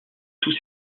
tous